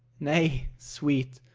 nay, sweet,